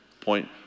point